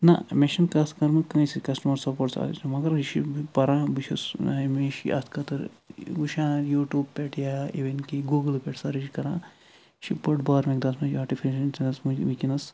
نَہ مےٚ چھِنہٕ کَتھ کٔرمٕژ کٲنٛسہِ سۭتۍ کسٹَمَر تہِ آسہِ مگر یہِ چھِ بہٕ پران بہٕ چھُس ہمیشہٕ یہِ اَتھ خٲطرٕ وٕچھان یوٗٹوٗب پٮ۪ٹھ یا اِوِن کہِ گوٗگل پٮ۪ٹھ سٔرٕچ کران یہِ چھِ بٔڑ بار وۄنۍ تَتھ منٛز یہِ آٹِفِشَل وٕنۍکٮ۪نَس